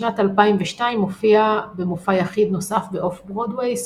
בשנת 2002 הופיע במופע יחיד נוסף באוף ברודוויי,